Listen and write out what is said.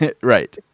Right